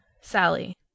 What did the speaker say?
Sally